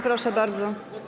Proszę bardzo.